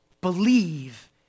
Believe